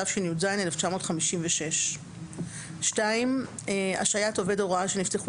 התשי"ז 1956. השעית עובד הוראה שנפתחו